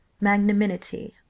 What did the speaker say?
magnanimity